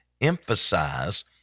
emphasize